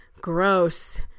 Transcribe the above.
gross